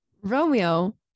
Romeo